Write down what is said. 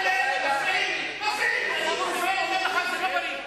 זה לא בריא.